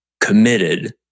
committed